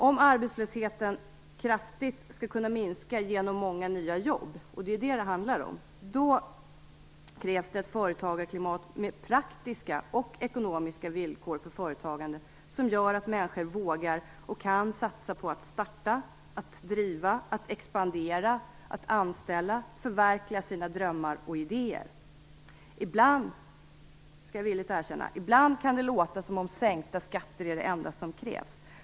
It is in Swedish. Om arbetslösheten kraftigt skall kunna minska genom många nya jobb - det är det det handlar om - krävs ett företagarklimat med praktiska och ekonomiska villkor för företagandet som gör att människor vågar och kan satsa på att starta, driva, expandera och anställa samt på att förverkliga sina drömmar och idéer. Ibland kan det låta som om sänkta skatter är det enda som krävs.